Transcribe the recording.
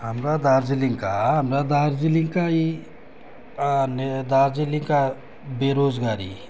हाम्रो दार्जिलिङका हाम्रा दार्जिलिङका यी ने दा दार्जिलिङका बेरोजगारी